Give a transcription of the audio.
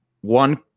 One